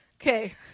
Okay